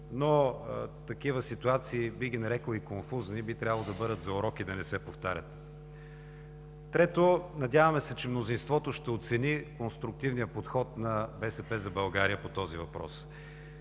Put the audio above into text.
но такива ситуации, бих ги нарекъл конфузни, би трябвало да бъдат за урок и да не се повтарят. Трето, надяваме се, че мнозинството ще оцени конструктивния подход на „БСП за България“ по този въпрос.